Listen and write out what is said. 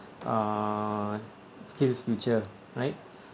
uh SkillsFuture right